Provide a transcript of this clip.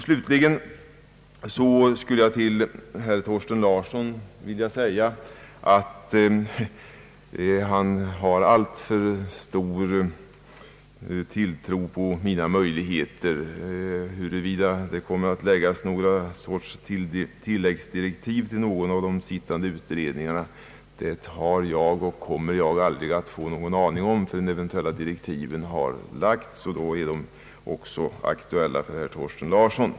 Slutligen skulle jag till herr Thorsten Larsson vilja säga att han har alltför stor tilltro till mina möjligheter. Jag har inte och kommer aldrig att få någon aning om huruvida det kommer att läggas fram något slags tilläggsdirektiv till någon av de sittande utredningarna. Det kommer jag inte att få veta förrän de eventuella direktiven har framlagts, och då är de ju aktuella också för herr Thorsten Larsson.